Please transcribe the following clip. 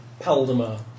Paldemar